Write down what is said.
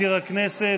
מזכיר הכנסת,